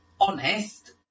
honest